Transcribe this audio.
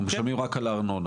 הם משלמים רק על הארנונה,